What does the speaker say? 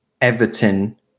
Everton